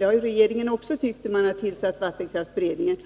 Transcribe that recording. Det har regeringen också tyckt när den har tillsatt vattenkraftsberedningen.